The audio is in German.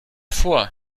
vor